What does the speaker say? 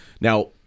Now